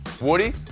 Woody